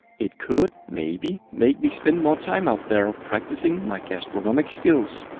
it could maybe make me spend more time out there ah practicing my gastronomic skills.